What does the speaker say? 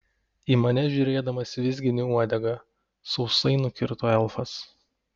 į mane žiūrėdamas vizgini uodegą sausai nukirto elfas